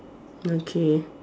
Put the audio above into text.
okay